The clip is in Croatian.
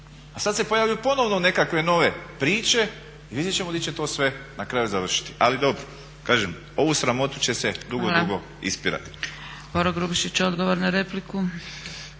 A sad se pojavljuju ponovno nekakve nove priče i vidjet ćemo di će to sve na kraju završiti, ali dobro. Kažem, ovu sramotu će se dugo, dugo ispirati. **Zgrebec, Dragica